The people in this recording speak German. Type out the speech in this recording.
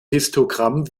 histogramm